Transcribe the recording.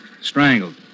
Strangled